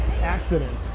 accident